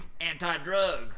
anti-drug